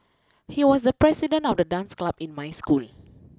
he was the president of the dance club in my school